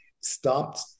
stopped